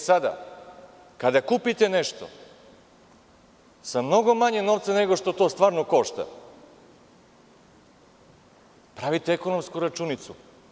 Sada kada kupite nešto sa mnogo manje novca nego što stvarno košta, pravite ekonomsku računicu.